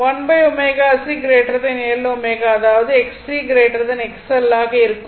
1 ω c L ω அதாவது Xc XL ஆக இருக்கும்